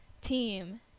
team